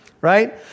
Right